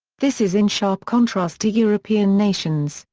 this is in sharp contrast to european nations,